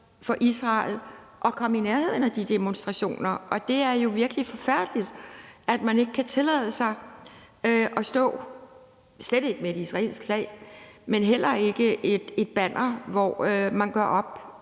for Israel at komme i nærheden af de demonstrationer, og det er jo virkelig forfærdeligt, at man ikke kan tillade sig at stå der, slet ikke med et israelsk flag, men heller ikke med et banner, hvor man går op